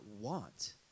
want